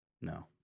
no